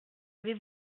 avait